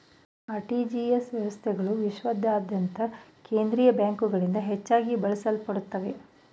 RTGS ವ್ಯವಸ್ಥೆಗಳು ವಿಶ್ವಾದ್ಯಂತ ಕೇಂದ್ರೀಯ ಬ್ಯಾಂಕ್ಗಳಿಂದ ಹೆಚ್ಚಾಗಿ ಬಳಸಲ್ಪಡುತ್ತವೆ